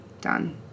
done